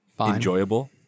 enjoyable